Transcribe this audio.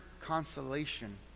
consolation